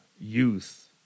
youth